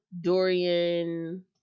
Dorian